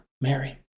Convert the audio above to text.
Mary